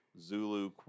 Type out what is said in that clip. Zulu